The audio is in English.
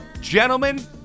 gentlemen